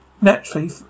naturally